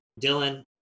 Dylan